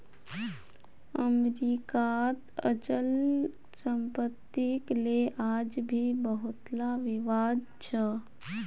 अमरीकात अचल सम्पत्तिक ले आज भी बहुतला विवाद छ